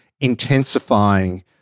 intensifying